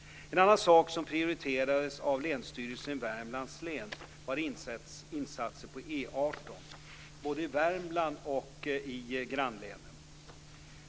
En annan sak som prioriterades av Länsstyrelsen i Värmlands län var insatser på E 18, både i Värmland och i grannlänen.